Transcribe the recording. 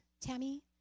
Tammy